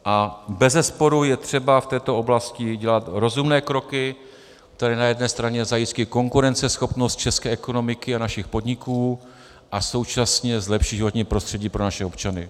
A bezesporu je třeba v této oblasti dělat rozumné kroky, to je na jedné straně zajistit konkurenceschopnost české ekonomiky a našich podniků a současně zlepšit životní prostředí pro naše občany.